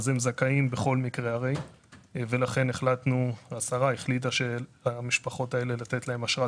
אז הם זכאים בכל מקרה ולכן השרה החליטה לתת למשפחות האלה אשרת